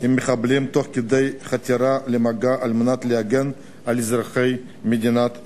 עם מחבלים תוך כדי חתירה למגע על מנת להגן על אזרחי מדינת ישראל,